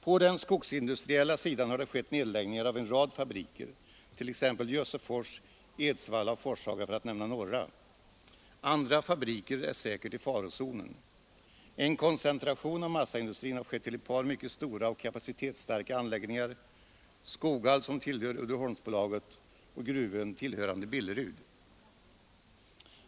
På den skogsindustriella sidan har det skett nedläggningar av en rad fabriker, t.ex. Jössefors, Edsvalla och Forshaga, för att nämna några. Andra fabriker är säkert i farozonen. En koncentration av massaindustrin har skett till ett par mycket stora och kapacitetsstarka anläggningar: Skoghall, som tillhör Uddeholmsbolaget, och Gruvön, tillhörande Billerud.